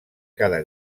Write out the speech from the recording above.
cada